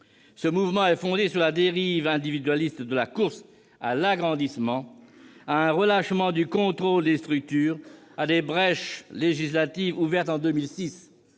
le mouvement actuel provient de la dérive individualiste de la course à l'agrandissement, d'un relâchement du contrôle des structures, de brèches législatives ouvertes en 2006